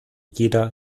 jeder